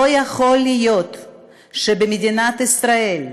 לא יכול להיות שבמדינת ישראל,